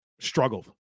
struggled